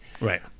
Right